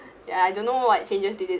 ya I don't know what changes they did